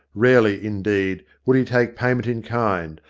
rarely, in deed, would he take payment in kind,